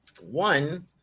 One